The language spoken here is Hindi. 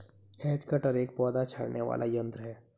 हैज कटर एक पौधा छाँटने वाला यन्त्र है